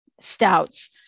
stouts